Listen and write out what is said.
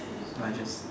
no I just